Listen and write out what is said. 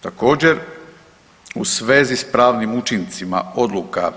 Također u svezi s pravnim učincima odluka